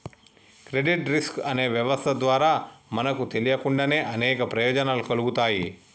credit risk అనే వ్యవస్థ ద్వారా మనకు తెలియకుండానే అనేక ప్రయోజనాలు కల్గుతాయి